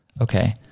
Okay